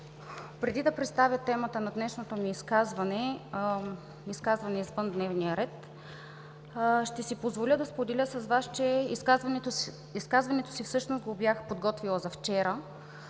Преди да представя темата на днешното ми изказване – изказване извън дневния ред, ще си позволя да споделя с Вас, че изказването си всъщност го бях подготвила за вчера,